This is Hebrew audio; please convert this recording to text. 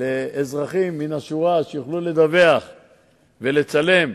ספק שלאכיפה אין סיכוי להצליח אם לא יהיו בה כמה דברים.